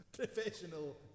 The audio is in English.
Professional